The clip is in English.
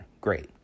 Great